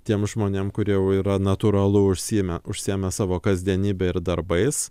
tiem žmonėm kurie jau yra natūralu užsiemę užsiėmę savo kasdienybe ir darbais